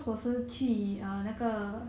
mm